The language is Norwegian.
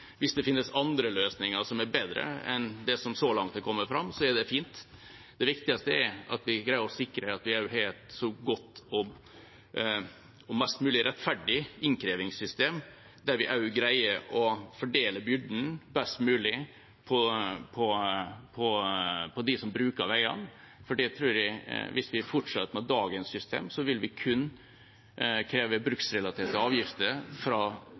Hvis det finnes andre løsninger som er bedre enn det som så langt har kommet fram, er det fint. Det viktigste er at vi greier å sikre at vi også har et godt og mest mulig rettferdig innkrevingssystem der vi greier å fordele byrden best mulig på dem som bruker veiene, for jeg tror at hvis vi fortsetter med dagens system, vil vi kun kreve bruksrelaterte avgifter fra